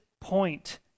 point